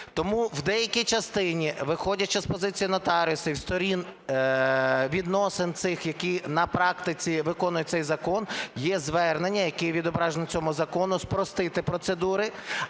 Тому в деякій частині, виходячи з позицій нотаріусів і сторін відносин цих, які на практиці виконують цей закон, є звернення, яке відображене в цьому законі, спростити процедури,